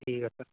ਠੀਕ ਹੈ ਸਰ